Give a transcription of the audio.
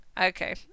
Okay